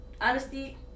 honesty